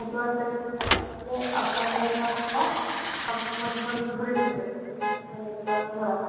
network সেটিংসটা খুলে আপনার নেটওয়ার্কটা সব সময় ধরে ধরে নিয়ে যায় এখানে সব সময় নেটওয়ার্ক ধরা থাকে